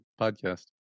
podcast